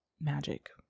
magic